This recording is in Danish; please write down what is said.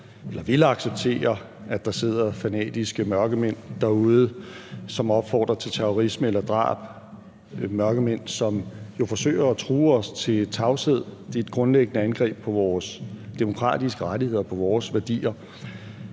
vil ikke acceptere, at der sidder fanatiske mørkemænd derude, som opfordrer til terrorisme eller drab; mørkemænd, som jo forsøger at true os til tavshed. Det er et grundlæggende angreb på vores demokratiske rettigheder og på vores værdier.